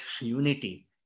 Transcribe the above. unity